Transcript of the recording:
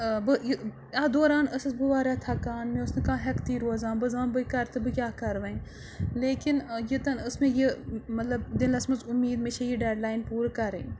بہٕ یہِ اَتھ دوران ٲسٕس بہٕ واریاہ تھکان مےٚ اوس نہٕ کانٛہہ ہیٚکتھٕے روزان بہٕ ٲس دپان بٔے کَرٕ تہٕ بہٕ کیٛاہ کَرٕ وۄنۍ لیکِن یوتَن ٲس مےٚ یہِ مطلب دِلَس منٛز اُمید مےٚ چھِ یہِ ڈٮ۪ڈ لایِن پوٗرٕ کَرٕنۍ